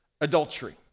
adultery